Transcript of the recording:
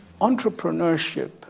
Entrepreneurship